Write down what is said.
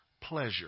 pleasure